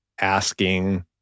asking